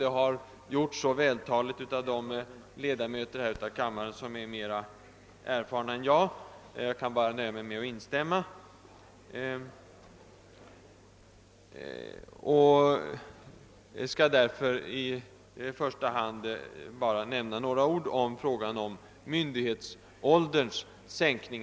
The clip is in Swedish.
Det har redan gjorts mycket vältaligt av andra kammarledamöter, som är mera erfarna än jag, och jag kan nöja mig med att instämma i vad som där sagts. Nu vill jag inskränka mig till några ord om sänkningen av myndighetsåldern.